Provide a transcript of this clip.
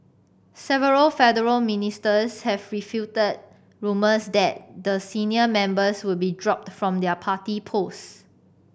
several federal ministers have refuted rumours that the senior members would be dropped from their party post